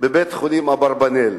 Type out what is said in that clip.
בבית-החולים "אברבנאל".